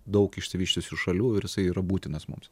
daug išsivysčiusių šalių ir jisai yra būtinas mums